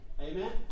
Amen